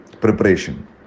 Preparation